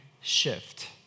shift